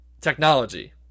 technology